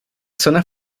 zona